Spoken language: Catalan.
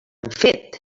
fet